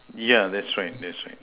yeah that's right that's right